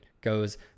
goes